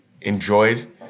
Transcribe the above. enjoyed